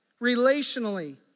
relationally